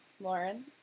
Lauren